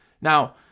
Now